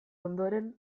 ondoren